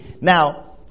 Now